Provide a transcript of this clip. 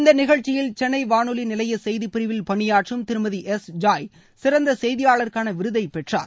இந்த நிகழ்ச்சியில் சென்னை வானொலி நிலைய செய்திப்பிரிவில் பணியாற்றும் திருமதி எஸ் ஜாய் சிறந்த செய்தியாளருக்கான விருதை பெற்றார்